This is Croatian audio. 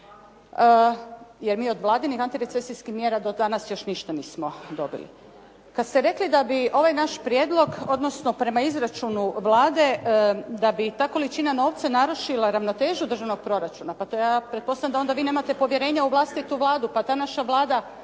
Jer mi od vladinih antirecesijskih mjera do danas još ništa nismo dobili. Kad ste rekli da bi ovaj naš prijedlog, odnosno prema izračunu Vlade, da bi ta količina novca narušila ravnotežu državnog proračuna, pa to ja pretpostavljam da onda vi nemate povjerenja u vlastitu Vladu. Pa ta naša Vlada